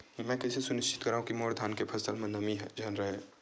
मैं कइसे सुनिश्चित करव कि मोर धान के फसल म नमी झन रहे?